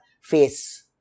face